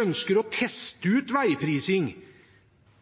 ønsker å teste ut veiprising.